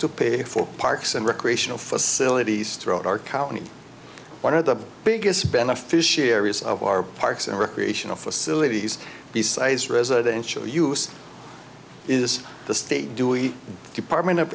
to pay for parks and recreational facilities throughout our county one of the biggest beneficiaries of our parks and recreational facilities besides residential use is the state dewey department of